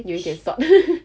有一点 sot